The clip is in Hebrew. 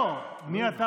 לא, לא, הוא לא ירד עליך.